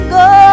go